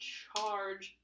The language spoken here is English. charge